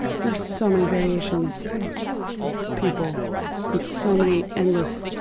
there's so many variations of people and so many endless